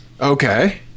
Okay